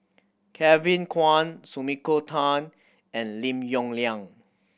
Kevin Kwan Sumiko Tan and Lim Yong Liang